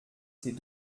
ces